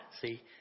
See